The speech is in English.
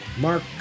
Mark